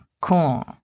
Cool